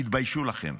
תתביישו לכם.